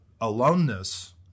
aloneness